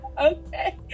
Okay